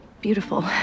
beautiful